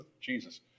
Jesus